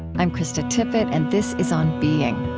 i'm krista tippett, and this is on being